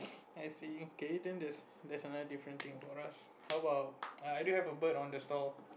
I see K then there's there's a another different thing about us how about I I do have a bird on the stall